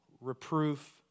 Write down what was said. reproof